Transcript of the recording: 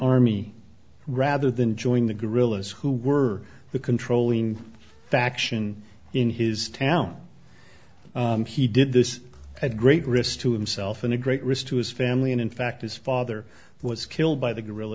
army rather than join the guerrillas who were the controlling faction in his town he did this at great risk to himself and a great risk to his family and in fact his father was killed by the